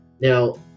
Now